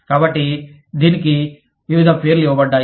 కాబట్టి దీనికి వివిధ పేర్లు ఇవ్వబడ్డాయి